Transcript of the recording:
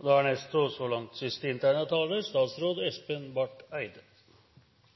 La meg først slutte meg til det finansministeren nettopp sa, og